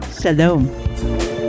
Shalom